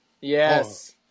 Yes